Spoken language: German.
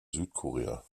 südkorea